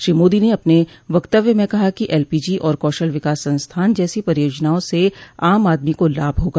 श्री मोदी ने अपने वक्तव्य में कहा कि एलपीजी और कौशल विकास संस्थान जैसी परियोजनाओं से आम आदमी को लाभ होगा